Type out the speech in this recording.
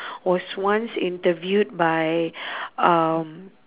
was once interviewed by um